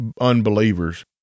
unbelievers